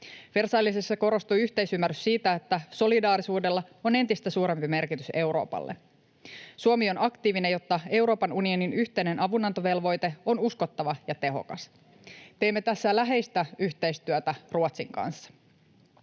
Versaillesissa korostui yhteisymmärrys siitä, että solidaarisuudella on entistä suurempi merkitys Euroopalle. Suomi on aktiivinen, jotta Euroopan unionin yhteinen avunantovelvoite on uskottava ja tehokas. Teemme tässä läheistä yhteistyötä Ruotsin kanssa.